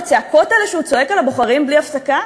בצעקות האלה שהוא צועק על הבוחרים בלי הפסקה?